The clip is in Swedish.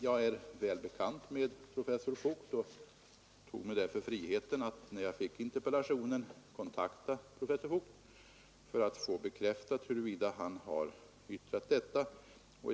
Jag är väl bekant med professor Voigt, och när jag fick interpellationen tog jag mig därför friheten att kontakta honom för att få bekräftat huruvida han hade yttrat sig på det sättet.